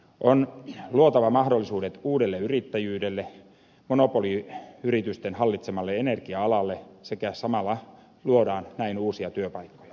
on luotava mahdollisuudet uudelle yrittäjyydelle monopoliyritysten hallitsemalle energia alalle sekä samalla näin luodaan uusia työpaikkoja